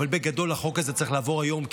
אבל בגדול החוק הזה צריך לעבור היום,